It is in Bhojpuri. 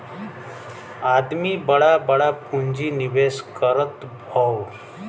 आदमी बड़ा बड़ा पुँजी निवेस करत हौ